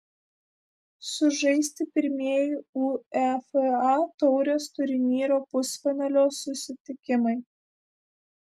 sužaisti pirmieji uefa taurės turnyro pusfinalio susitikimai